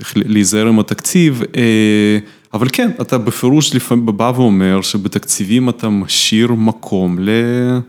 להיזהר עם התקציב, אבל כן, אתה בפירוש לפעמים בא ואומר שבתקציבים אתה משאיר מקום ל...